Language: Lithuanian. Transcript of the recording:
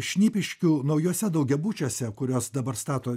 šnipiškių naujuose daugiabučiuose kuriuos dabar stato